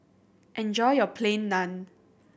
enjoy your Plain Naan